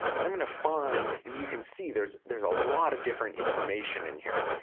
and i'm gonna find. you can see there's there's a lot of different information in here.